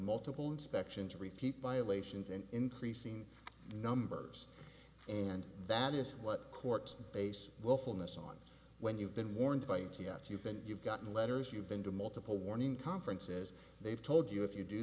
multiple inspections repeat violations and increasing numbers and that is what courts base well fulness on when you've been warned by t f you can you've gotten letters you've been to multiple warning conferences they've told you if you do